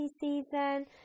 season